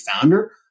founder